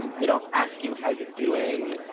um they don't ask you how you're doing,